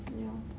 ya